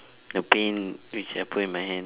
the pain which happen in my hand